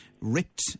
ripped